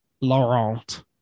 laurent